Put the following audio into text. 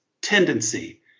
tendency